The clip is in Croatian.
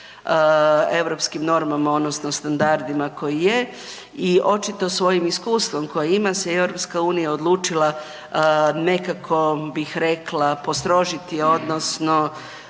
europskim normama odnosno standardima koji je i očito svojim iskustvom koji ima se Europska unija odlučila nekako bih rekla postrožiti odnosno